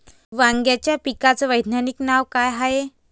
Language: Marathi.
वांग्याच्या पिकाचं वैज्ञानिक नाव का हाये?